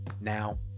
Now